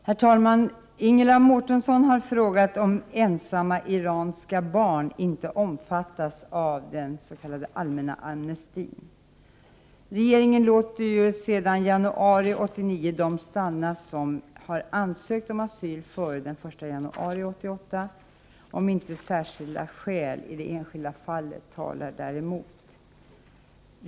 Herr talman! Ingela Mårtensson har frågat om ensamma iranska barn inte omfattas av den s.k. allmänna amnestin. Regeringen låter sedan januari 1989 dem stanna som har ansökt om asyl före den 1 januari 1988, om inte särskilda skäl i det enskilda fallet talar däremot.